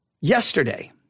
Yesterday